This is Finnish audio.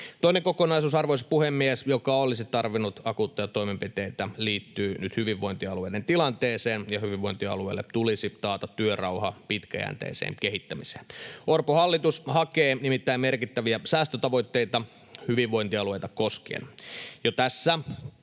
Toinen kokonaisuus, arvoisa puhemies, joka olisi tarvinnut akuutteja toimenpiteitä, liittyy nyt hyvinvointialueiden tilanteeseen, ja hyvinvointialueille tulisi taata työrauha pitkäjänteiseen kehittämiseen. Orpon hallitus hakee nimittäin merkittäviä säästötavoitteita hyvinvointialueita koskien.